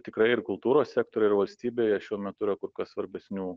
tikrai ir kultūros sektoriuj ir valstybėje šiuo metu yra kur kas svarbesnių